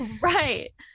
right